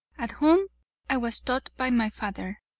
at home i was taught by my father,